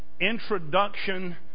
introduction